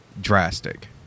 drastic